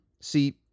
See